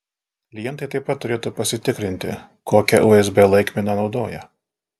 klientai taip pat turėtų pasitikrinti kokią usb laikmeną naudoja